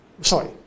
sorry